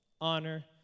honor